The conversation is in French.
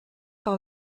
par